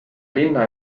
linna